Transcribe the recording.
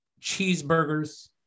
cheeseburgers